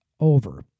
over